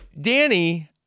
Danny